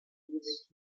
decades